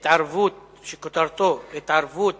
הצעה לסדר-היום מס' 2189 שכותרתה: התערבות